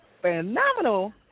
phenomenal